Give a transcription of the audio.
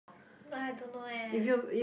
no I don't know eh